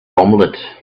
omelette